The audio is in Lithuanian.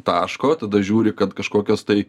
taško tada žiūri kad kažkokios tai